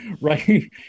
right